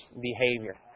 behavior